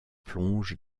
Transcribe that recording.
plonge